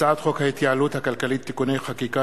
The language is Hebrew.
הצעת חוק ההתייעלות הכלכלית (תיקוני חקיקה